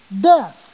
death